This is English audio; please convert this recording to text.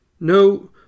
No